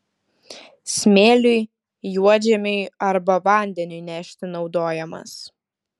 smėliui juodžemiui arba vandeniui nešti naudojamas